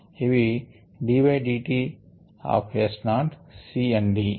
ఇవి d d t of S0 C and D